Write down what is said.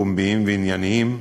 פומביים וענייניים.